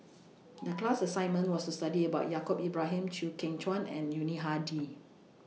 The class assignment was to study about Yaacob Ibrahim Chew Kheng Chuan and Yuni Hadi